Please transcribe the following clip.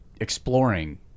exploring